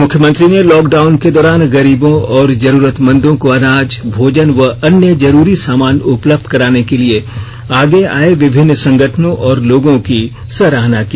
मुख्यमंत्री ने lockdown के दौरान गरीबों और जरुरतमंदों को अनाज भोजन व अन्य जरूरी सामान उपलब्य कराने के लिए आगे आए विभिन्न संगठनों और लोगों की सराहना की